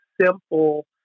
simple